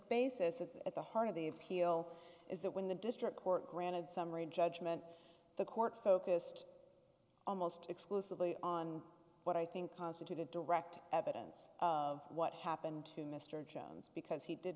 basis of at the heart of the appeal is that when the district court granted summary judgment the court focused almost exclusively on what i think constituted direct evidence of what happened to mr jones because he did